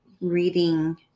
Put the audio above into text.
reading